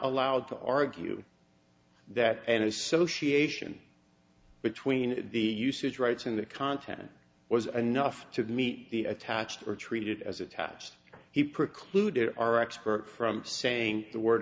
allowed to argue that an association between the usage rights in the content was enough to meet the attached were treated as attached he precluded our expert from saying the word